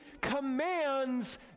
commands